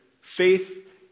faith